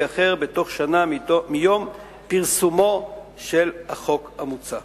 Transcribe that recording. אחר בתוך שנה מיום פרסומו של החוק המוצע.